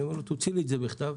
אמרתי: תוציא לי את זה בכתב